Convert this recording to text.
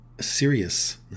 Serious